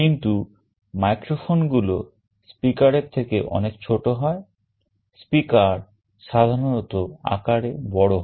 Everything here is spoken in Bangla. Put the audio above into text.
কিন্তু microphone গুলো speaker এর থেকে অনেক ছোট হয় speaker সাধারণত আকারে বড় হয়